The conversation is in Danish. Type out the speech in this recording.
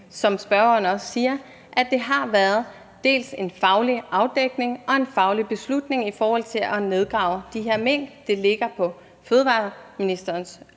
som spørgeren også siger, at det dels har været en faglig afdækning, dels en faglig beslutning i forhold til at nedgrave de her mink. Det ligger på fødevareministerens